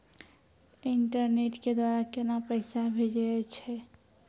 Internet के द्वारा केना पैसा भेजय छै?